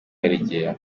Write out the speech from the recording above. karegeya